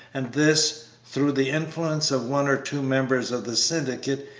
and this, through the influence of one or two members of the syndicate,